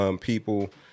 People